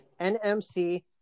NMC